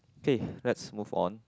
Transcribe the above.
K let's move on